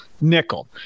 nickel